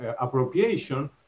appropriation